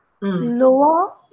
lower